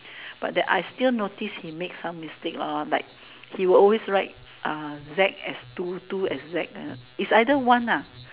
but that I still notice he make some mistake like he will always write Z as two two as Z is either one